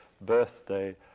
birthday